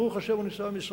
ברוך השם, הוא נמצא במשרד.